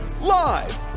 Live